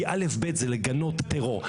כי לגנות טרור זה אלף-בית.